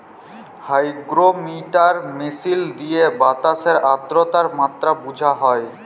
hygrometer মিশিল দিঁয়ে বাতাসের আদ্রতার মাত্রা বুঝা হ্যয়